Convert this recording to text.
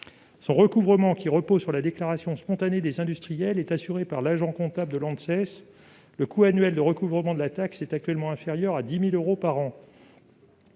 Son recouvrement, qui repose sur la déclaration spontanée des industriels, est assuré par l'agent comptable de l'Anses. Le coût annuel de recouvrement de la taxe est actuellement inférieur à 10 000 euros par an.